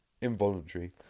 Involuntary